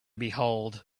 behold